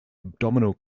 abdominal